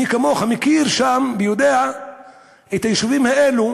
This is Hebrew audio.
מי כמוך מכיר את היישובים האלו,